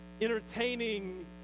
Entertaining